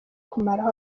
kumaraho